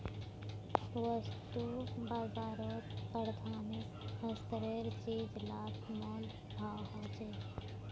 वास्तु बाजारोत प्राथमिक स्तरेर चीज़ लात मोल भाव होछे